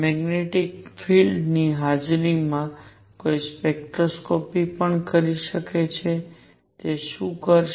magnetic field ની હાજરીમાં કોઈ સ્પેક્ટ્રોસ્કોપી પણ કરી શકે છે કે તે શું કરશે